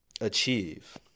Achieve